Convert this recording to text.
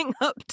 up